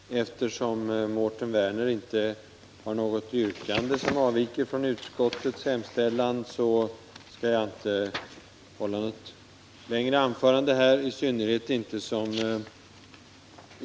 Herr talman! Eftersom Mårten Werner inte har något yrkande som avviker från utskottets hemställan, skall jag inte hålla något längre anförande.